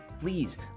please